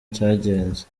cyagenze